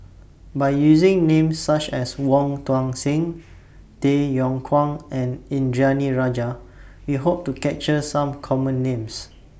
By using Names such as Wong Tuang Seng Tay Yong Kwang and Indranee Rajah We Hope to capture Some Common Names